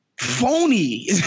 Phony